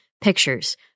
pictures